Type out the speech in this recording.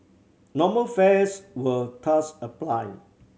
normal fares will thus apply